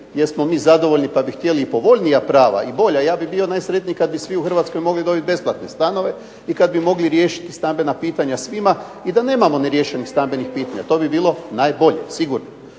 jesmo li mi zadovoljni pa bi htjeli povoljnija prava i bolja. Ja bi bio najsretniji kada bi svi u Hrvatskoj mogli dobiti besplatne stanove i kada bi mogli riješiti stambena pitanja svima i da nemamo ne riješenih stambenih pitanja. To bi bilo najbolje, sigurno.